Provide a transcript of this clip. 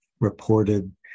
Reported